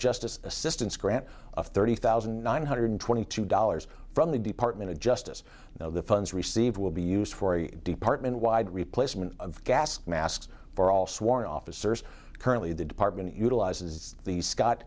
justice assistance grant of thirty thousand nine hundred twenty two dollars from the department of justice though the funds received will be used for a department wide replacement of gas masks for all sworn officers currently the department utilizes these scott